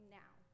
now